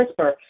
CRISPR